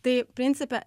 tai principe